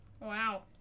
Wow